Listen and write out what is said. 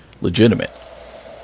legitimate